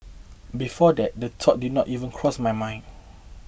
before that the thought did not even cross my mind